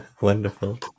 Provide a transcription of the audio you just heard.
Wonderful